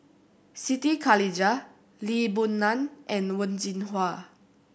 Siti Khalijah Lee Boon Ngan and Wen Jinhua